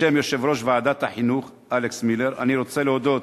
בשם יושב-ראש ועדת החינוך אלכס מילר אני רוצה להודות